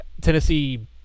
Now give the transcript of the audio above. Tennessee